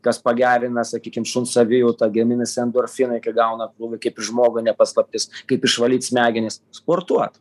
kas pagerina sakykim šuns savijautą gaminasi endorfinai kai gauna krūvį kaip ir žmogui ne paslaptis kaip išvalyt smegenis sportuot